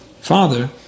father